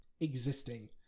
existing